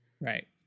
Right